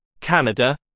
Canada